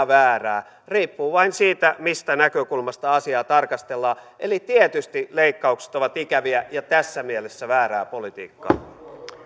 väärää riippuu vain siitä mistä näkökulmasta asiaa tarkastellaan eli tietysti leikkaukset ovat ikäviä ja tässä mielessä väärää politiikkaa